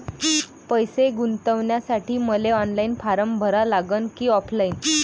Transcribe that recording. पैसे गुंतन्यासाठी मले ऑनलाईन फारम भरा लागन की ऑफलाईन?